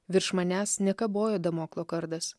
virš manęs nekabojo damoklo kardas